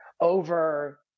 Over